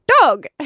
Dog